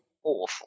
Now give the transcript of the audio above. awful